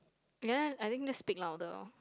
ya I think let's speak louder oh